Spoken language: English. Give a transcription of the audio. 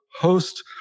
host